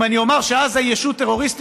אם אני אומר שעזה היא ישות טרוריסטית,